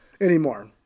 anymore